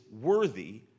worthy